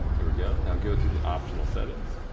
there we go. now go to the optional settings,